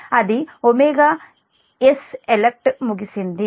అది s elect ముగిసింది